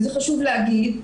וזה חשוב להגיד,